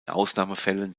ausnahmefällen